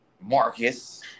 Marcus